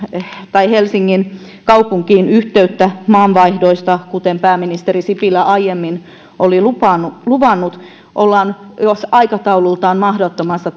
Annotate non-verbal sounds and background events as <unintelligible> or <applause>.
helsingin kaupunkiin yhteyttä maanvaihdoista kuten pääministeri sipilä aiemmin oli luvannut niin ollaan jo aikataulultaan mahdottomassa <unintelligible>